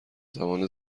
زمان